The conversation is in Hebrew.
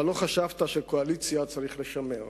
אבל לא חשבת שקואליציה צריך לשמר.